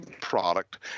product